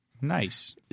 Nice